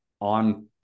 on